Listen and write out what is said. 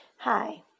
Hi